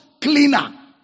cleaner